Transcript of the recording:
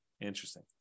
interesting